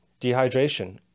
dehydration